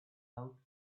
out